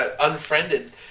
Unfriended